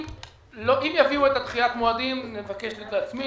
אם יעבירו את דחיית המועדים נבקש להצמיד.